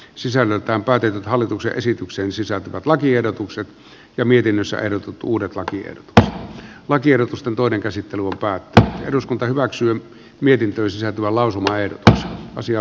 sisällöltään päätetyn hallituksen esitykseen sisältyvät lakiehdotukset ja mietinnössä erotut uudet laki ei tee lakiehdotusta toinen käsittely päätti eduskunta hyväksyi mietintönsä tulolausunto ei tässä asia